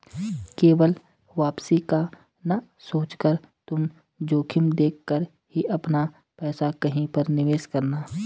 केवल वापसी का ना सोचकर तुम जोखिम देख कर ही अपना पैसा कहीं पर निवेश करना